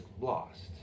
lost